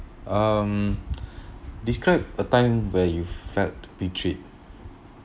um describe a time where you felt betrayed